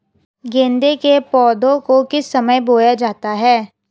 गेंदे के पौधे को किस समय बोया जाता है?